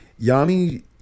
Yami